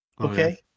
Okay